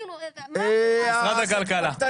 משרד הכלכלה,